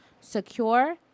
Secure